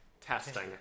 testing